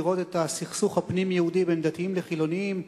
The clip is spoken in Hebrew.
לראות את הסכסוך הפנים-יהודי בין דתיים לחילונים,